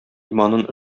иманын